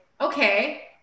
okay